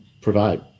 provide